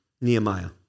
Nehemiah